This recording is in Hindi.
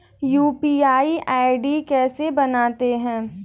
यू.पी.आई आई.डी कैसे बनाते हैं?